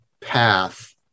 path